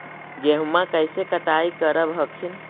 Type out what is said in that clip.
गेहुमा कैसे कटाई करब हखिन?